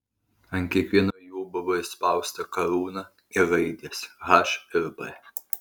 ant kiekvieno jų buvo įspausta karūna ir raidės h ir b